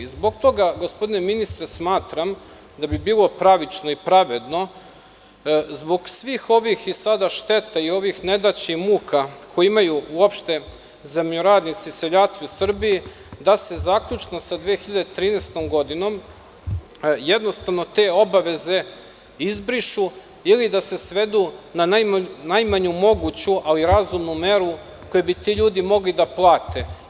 Zbog toga, gospodine, ministre smatram da bi bilo pravično i pravedeno, zbog svih ovih i sada šteta i ovih nedaća i muka koje imaju uopšte zemljoradnici, seljaci u Srbiji da se zaključno sa 2013. godinom, jednostavno te obaveze izbrišu ili da se svedu na najmanju moguću, ali razumnu meru, koju bi ti ljudi mogli da plate.